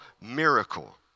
miracle